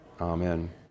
Amen